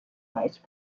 vice